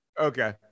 Okay